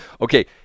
Okay